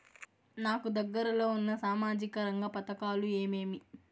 నాకు దగ్గర లో ఉన్న సామాజిక రంగ పథకాలు ఏమేమీ?